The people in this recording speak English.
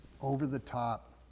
over-the-top